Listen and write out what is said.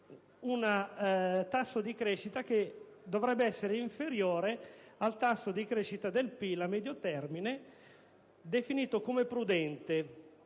un tasso di crescita che dovrebbe essere inferiore al tasso di crescita del PIL a medio termine, definito come prudente,